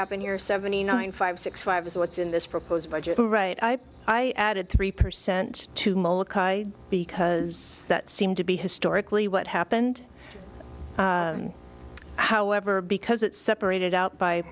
happened here seventy nine five six five is what's in this proposed budget all right i added three percent two because that seemed to be historically what happened however because it separated out by